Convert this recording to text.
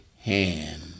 hand